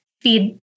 feed